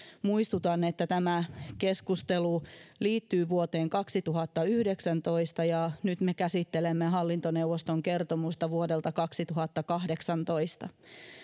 muistutan että tämä keskustelu liittyy vuoteen kaksituhattayhdeksäntoista ja nyt me käsittelemme hallintoneuvoston kertomusta vuodelta kaksituhattakahdeksantoista